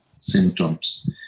symptoms